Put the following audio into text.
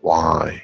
why